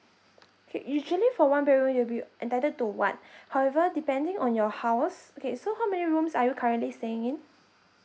okay usually for one bedroom it'll be entitled to one however depending on your house okay so how many rooms are you currently staying in